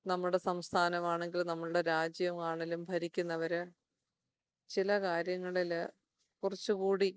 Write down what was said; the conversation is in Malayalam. നമ്മുടെ സംസ്ഥാനമാണെങ്കിൽ നമ്മളുടെ രാജ്യമാണെങ്കിലും ഭരിക്കുന്നവർ ചില കാര്യങ്ങളിൽ കുറച്ചുകൂടി